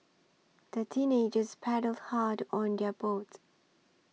the teenagers paddled hard on their boat